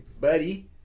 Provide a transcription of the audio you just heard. buddy